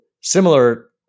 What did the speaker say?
similar